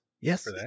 Yes